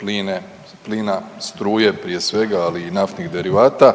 plina, struje prije svega ali i naftnih derivata